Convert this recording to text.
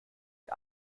die